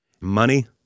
Money